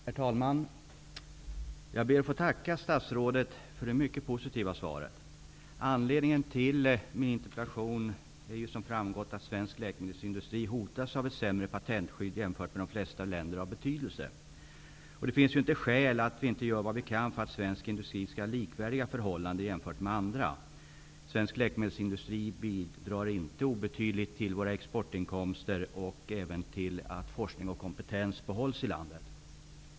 Herr talman! Jag ber att få tacka statsrådet för det mycket positiva svaret. Anledningen till att jag har ställt denna interpellation är, som har framgått, att svensk läkemedelsindustri hotas av ett sämre patentskydd jämfört med de flesta länder av betydelse. Det finns inte skäl för att vi inte skall göra vad vi kan för att svensk industri skall ha likvärdiga förhållanden jämfört med andra. Svensk läkemedelsindustri bidrar inte obetydligt till våra exportinkomster och även att forskning och kompetens behålls inom landet.